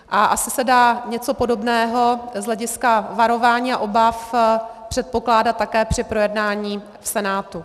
A asi se dá něco podobného z hlediska varování a obav předpokládat také při projednání v Senátu.